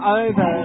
over